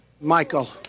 Michael